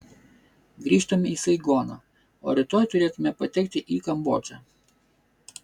grįžtame į saigoną o rytoj turėtume patekti į kambodžą